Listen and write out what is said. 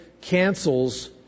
cancels